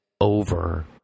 over